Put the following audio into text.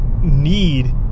need